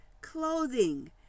clothing